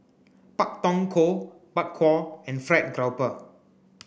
Pak Thong Ko Bak Kwa and fried grouper